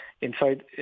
Inside